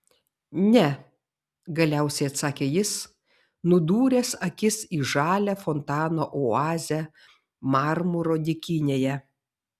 ne galiausiai atsakė jis nudūręs akis į žalią fontano oazę marmuro dykynėje